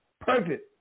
perfect